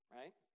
right